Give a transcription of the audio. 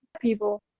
people